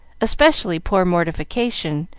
especially poor mortification,